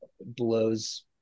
blows